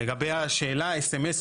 לגבי השאלה S.M.S,